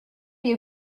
you